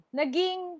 naging